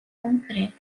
concreto